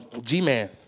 G-Man